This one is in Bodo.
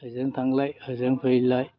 ओजों थांलाय ओजों फैलाय